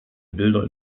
bilder